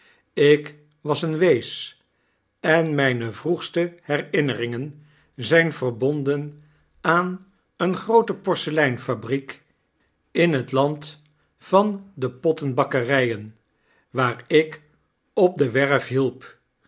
ik was een wees en rape vroegste herinneringen zijn verbonden aan eene groote porseleinfabriek in het land van de pottenbakkeryen waar ik op de werf hielp